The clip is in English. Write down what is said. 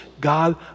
God